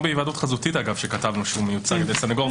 כמו בהיוועדות חזותית שכתבנו שהוא מיוצג על ידי סניגור,